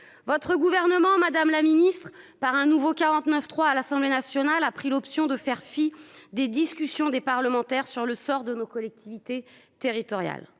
votre gouvernement, Madame la Ministre, par un nouveau 49 3 à l'Assemblée nationale a pris l'option de faire fi des discussions, des parlementaires sur le sort de nos collectivités territoriales,